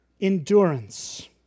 endurance